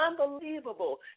unbelievable